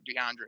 DeAndre